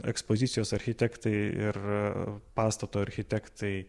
ekspozicijos architektai ir pastato architektai